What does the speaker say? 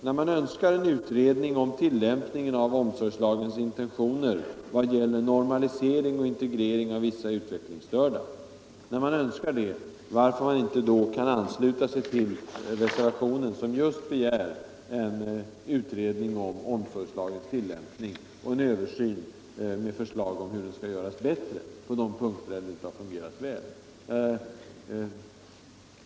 När man nu önskar en utredning om tillämpningen av omsorgslagens intentioner beträffande normalisering och integrering av vissa utvecklingsstörda, varför kan man då inte ansluta sig till reservationen, som just begär en översyn av omsorgslagens tillämpning och förslag om hur den skall göras bättre på de punkter där den nu inte har fungerat väl?